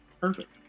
perfect